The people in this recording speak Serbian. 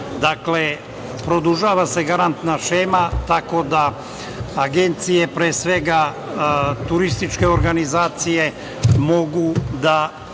Dakle, produžava se garantna šema, tako da agencije, pre svega turističke organizacije, mogu da